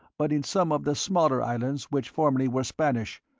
but in some of the smaller islands which formerly were spanish,